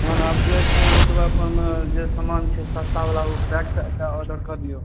तहन आब जे छै ओतबेपर मे जे सामान छै सस्तावला उ पैक कऽ कए ऑर्डर कऽ दियौ